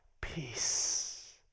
peace